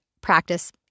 practice